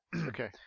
Okay